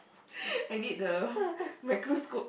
I need the microscope